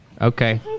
Okay